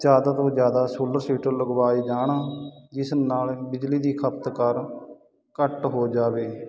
ਜ਼ਿਆਦਾ ਤੋਂ ਜ਼ਿਆਦਾ ਸੋਲਰ ਸੀਟਰ ਲਗਵਾਏ ਜਾਣ ਜਿਸ ਨਾਲ ਬਿਜਲੀ ਦੀ ਖਪਤਕਾਰ ਘੱਟ ਹੋ ਜਾਵੇ